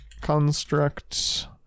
construct